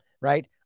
right